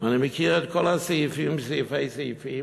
ואני מכיר את כל הסעיפים, סעיפי הסעיפים.